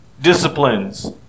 disciplines